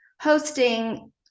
hosting